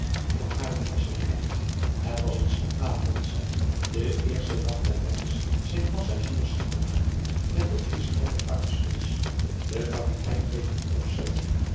van haar onpasselijkheid het was een schandaal vond zij den eersten dag der reis zijn passagiers ziek te maken met dat vieze vette varkensvleesch de kapitein deed het opzettelijk